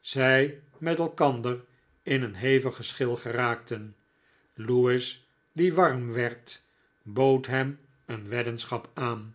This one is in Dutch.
zij met elkander in een hevig geschil geraakten lewis die warm werd bood hem een weddenschap aan